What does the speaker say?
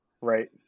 right